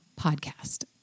podcast